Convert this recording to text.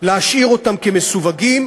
להשאיר אותם מסווגים,